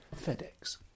FedEx